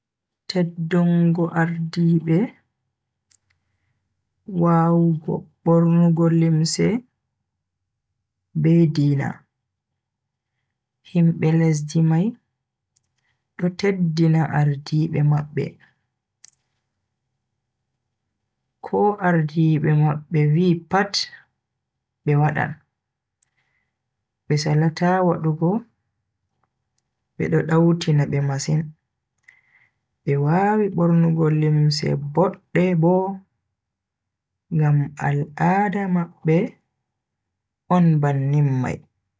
Teddungo ardiibe, wawugo bornugo limse, be diina. Himbe lesdi mai do teddina ardiibe mabbe, ko ardiibe mabbe vi pat be wadan be salata wadugo bedo dautina be masin, be wawi bornugo limse bodde bo ngam al'ada mabbe on bannin mai.